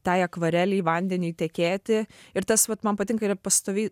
tai akvarelei vandeniui tekėti ir tas vat man patinka yra pastoviai